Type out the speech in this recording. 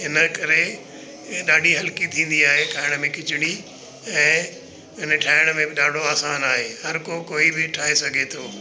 इन करे ॾाढी हलकी थींदी आहे खाइण में खिचड़ी ऐं इन ठाहिण में बि ॾाढो आसान आहे हर को कोई बि ठाहे सघे थो